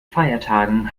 feiertagen